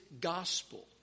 gospel